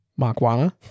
makwana